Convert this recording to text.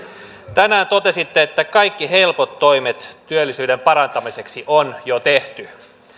tänään totesitte että kaikki helpot toimet työllisyyden parantamiseksi on jo tehty